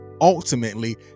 ultimately